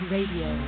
Radio